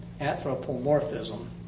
anthropomorphism